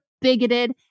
bigoted